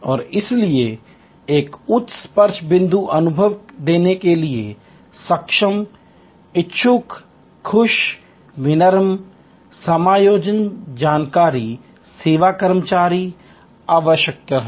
और इसलिए एक उच्च स्पर्श बिंदु अनुभव देने के लिए सक्षम इच्छुक खुश विनम्र समायोजनकारी सेवा कर्मचारी आवश्यक हैं